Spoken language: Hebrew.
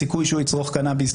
הסיכוי שהוא יצרוך קנאביס,